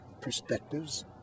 perspectives